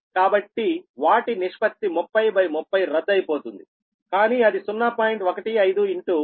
కాబట్టి వాటి నిష్పత్తి 3030 రద్దు అయిపోతుంది కానీ అది 0